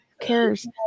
cares